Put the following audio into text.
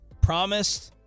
Promised